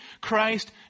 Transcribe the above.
Christ